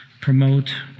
promote